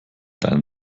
deinen